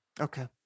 okay